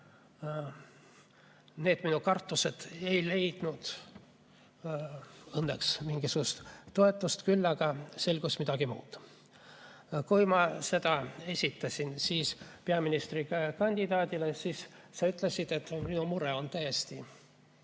need minu kartused ei leidnud õnneks mingisugust toetust, küll aga selgus midagi muud. Kui ma seda märkisin peaministrikandidaadile, siis sa ütlesid, et minu mure on täiesti